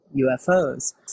UFOs